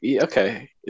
okay